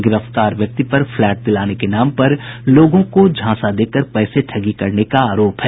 गिरफ्तार व्यक्ति पर फ्लैट दिलाने के नाम पर लोगों को झांसा देकर पैसे ठगी करने का आरोप है